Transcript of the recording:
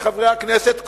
לחברי הכנסת,